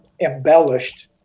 embellished